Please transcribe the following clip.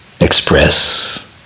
express